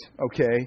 okay